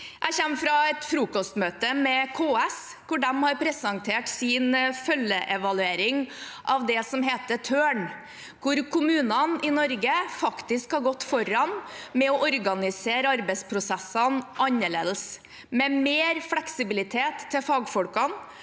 Jeg kommer fra et frokostmøte med KS der de presenterte sin følgeevaluering av det som heter Tørn, der kommunene i Norge faktisk har gått foran med å organisere arbeidsprosessene annerledes, med mer fleksibilitet til fagfolkene,